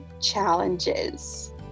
challenges